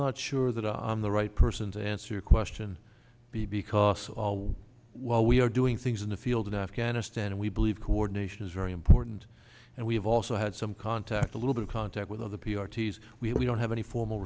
not sure that on the right person to answer your question be because all while we are doing things in the field afghanistan we believe coordination is very important and we've also had some contact a little bit of contact with the p r t's we don't have any formal